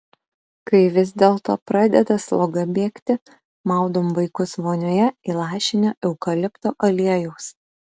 kai vis dėlto pradeda sloga bėgti maudom vaikus vonioje įlašinę eukalipto aliejaus